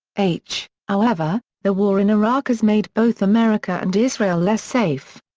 h owever, the war in iraq has made both america and israel less safe.